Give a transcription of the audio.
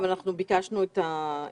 אבל אנחנו ביקשנו שיבואו.